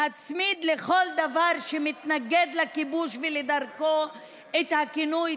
להצמיד לכל דבר שמתנגד לכיבוש ולדרכו את הכינוי